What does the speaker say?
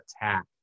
attack